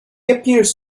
appears